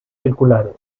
circulares